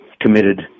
committed